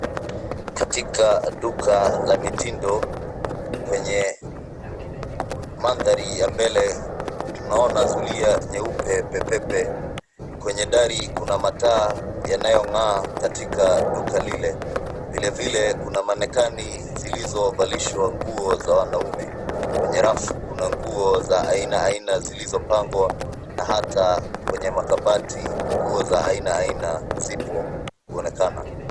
Katika duka la mitindo kwenye mandhari ya mbele tunaona zulia nyeupe pe pe pe. Kwenye dari kuna mataa yanayong'aa katika duka lile. Vile vile kuna (cs)mannequin(cs) zilizovalishwa nguo za wanaume. Kwenye rafu kuna nguo za aina aina zilizopangwa na hata kwenye makabati nguo za aina aina ziko kuonekana.